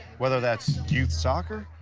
whether that's youth soccer,